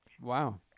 Wow